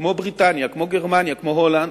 כמו בריטניה, כמו גרמניה, כמו הולנד,